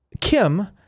Kim